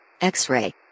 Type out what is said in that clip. X-Ray